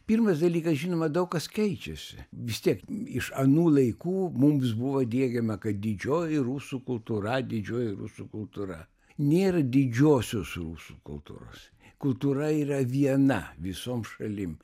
pirmas dalykas žinoma daug kas keičiasi vis tiek iš anų laikų mums buvo diegiama kad didžioji rusų kultūra didžioji rusų kultūra nėra didžiosios rusų kultūros kultūra yra viena visom šalim